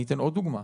אני אתן עוד דוגמה.